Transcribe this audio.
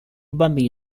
bambini